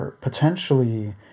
potentially